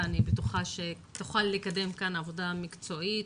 הוועדה, אני בטוחה שתוכל לקדם כאן עבודה מקצועית,